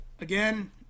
again